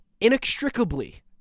inextricably